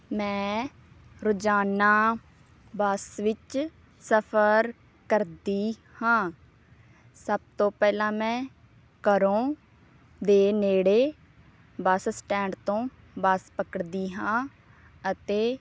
ਮੈਂ ਰੋਜ਼ਾਨਾ ਬੱਸ ਵਿੱਚ ਸਫ਼ਰ ਕਰਦੀ ਹਾਂ ਸਭ ਤੋਂ ਪਹਿਲਾਂ ਮੈਂ ਘਰੋਂ ਦੇ ਨੇੜੇ ਬੱਸ ਸਟੈਂਡ ਤੋਂ ਬੱਸ ਪਕੜਦੀ ਹਾਂ ਅਤੇ